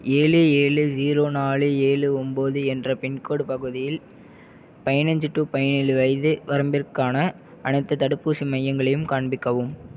ஏழு ஏழு ஜீரோ நாலு ஏழு ஒம்பது என்ற பின்கோட் பகுதியில் பதினஞ்சு டூ பதினேழு வயது வரம்பினருக்கான அனைத்துத் தடுப்பூசி மையங்களையும் காண்பிக்கவும்